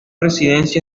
presidencia